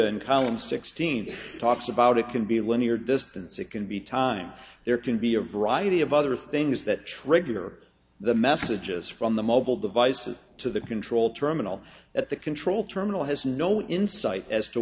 column sixteen talks about it can be linear distance it can be time there can be a variety of other things that trigger the messages from the mobile devices to the control terminal at the control terminal has no insight as to